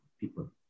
people